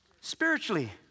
spiritually